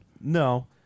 No